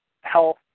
health